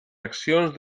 accions